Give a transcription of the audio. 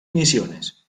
misiones